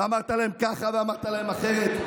אמרת להם ככה ואמרת להם אחרת.